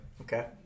Okay